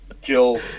kill